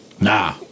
Nah